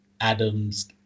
adam's